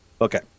Okay